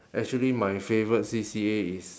actually my favourite C_C_A is